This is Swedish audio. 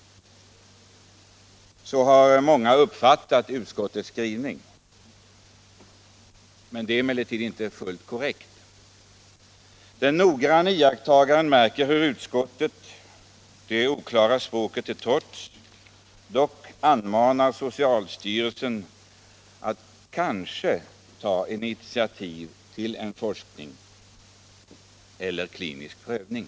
Så har många uppfattat utskottets skrivning. Men det är inte fullt korrekt. Den noggranne iakttagaren märker hur utskottet, det oklara språket till trots, anmanar socialstyrelsen att kanske ta initiativ till en forskning eller klinisk prövning.